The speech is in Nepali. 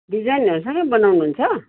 डिजाइनहरूसँगै बनाउनुहुन्छ